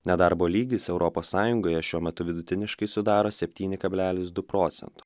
nedarbo lygis europos sąjungoje šiuo metu vidutiniškai sudaro septyni kablelis du procento